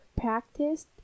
practiced